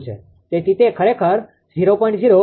તેથી તે ખરેખર 0